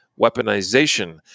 weaponization